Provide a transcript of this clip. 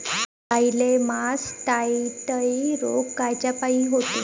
गाईले मासटायटय रोग कायच्यापाई होते?